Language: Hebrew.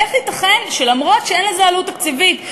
איך ייתכן שאף שאין לזה עלות תקציבית,